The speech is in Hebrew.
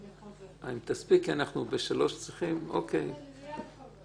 אני מיד חוזר.